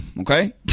Okay